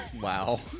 Wow